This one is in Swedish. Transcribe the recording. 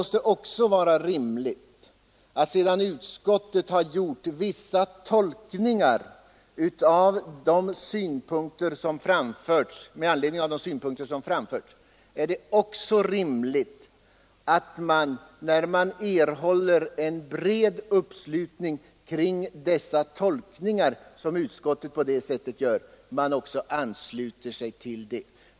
Sedan utskottet gjort vissa uttalanden med anledning av de synpunkter som framförts i motionen och man konstaterar en bred uppslutning kring dessa, är det naturligt att man ansluter sig till dem.